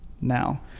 now